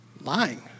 Lying